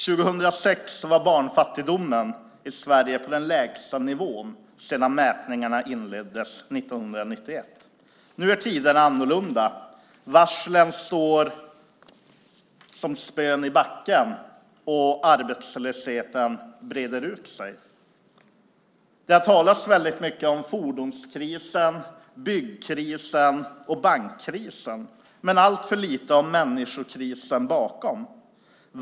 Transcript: År 2006 var barnfattigdomen i Sverige på den lägsta nivån sedan mätningarna inleddes 1991. Nu är tiderna annorlunda. Varslen står som spön i backen, och arbetslösheten breder ut sig. Det har talats väldigt mycket om fordonskrisen, byggkrisen och bankkrisen men alltför lite om människokrisen bakom.